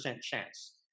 chance